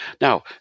Now